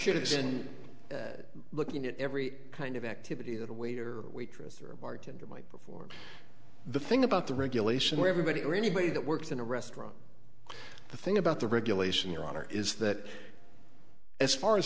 isn't looking at every kind of activity that a waiter or waitress or a bargain you might before the thing about the regulation where everybody or anybody that works in a restaurant the thing about the regulation your honor is that as far as